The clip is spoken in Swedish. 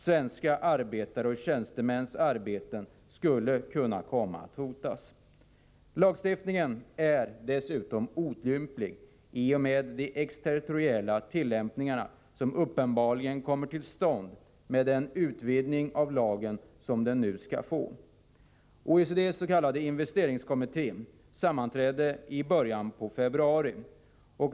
Svenska arbetares och tjänstemäns arbeten skulle kunna komma att hotas. Lagstiftningen är dessutom otymplig i och med de exterritoriella tillämpningar som uppenbarligen kommer till stånd med den utvidgning som lagen nu skall få. OECD:s s.k. investeringskommitté sammanträdde i början av februari.